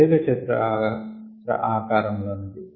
దీర్ఘ చతురస్ర ఆకారం లోనిది